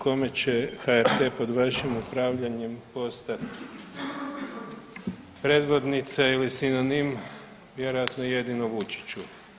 Kome će HRT pod vašim upravljanjem postati predvodnica ili sinonim, vjerojatno jedino Vučiću.